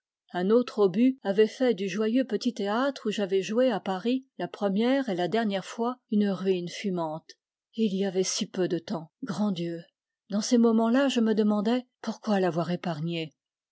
un autre obus avait fait du joyeux petit théâtre où j'avais joué à paris la première et la dernière fois une ruine fumante et il y avait si peu de temps grand dieu dans ces momens là je me demandais pourquoi l'avoir épargné